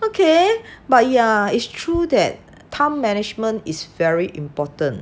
okay but yeah it's true that time management is very important